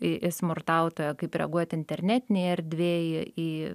į į smurtautoją kaip reaguot internetinėj erdvėj į